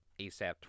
ASAP